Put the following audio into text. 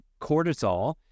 cortisol